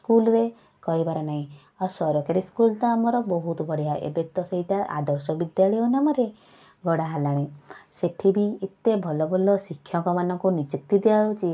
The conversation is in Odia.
ସ୍କୁଲରେ କହିବାର ନାହିଁ ଆଉ ସରକାରୀ ସ୍କୁଲ ତ ଆମର ବହୁତ ବଢ଼ିଆ ଏବେ ତ ସେଇଟା ଆଦର୍ଶ ବିଦ୍ୟାଳୟ ନାମରେ ଗଢ଼ା ହେଲାଣି ସେଇଠି ବି ଏତେ ଭଲ ଭଲ ଶିକ୍ଷକମାନଙ୍କୁ ନିଯୁକ୍ତି ଦିଆଯାଉଛି